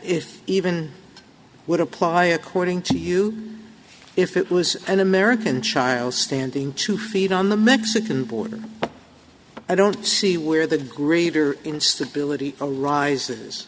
if even would apply according to you if it was an american child standing two feet on the mexican border i don't see where the greater instability